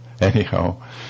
Anyhow